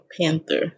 Panther